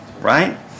right